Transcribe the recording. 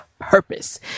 purpose